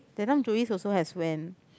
that time Jovis also has went